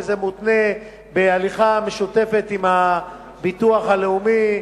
וזה מותנה בהליכה משותפת עם הביטוח הלאומי